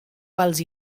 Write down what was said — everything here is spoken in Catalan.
pels